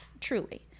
truly